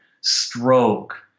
stroke